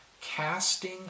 casting